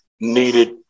needed